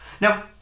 Now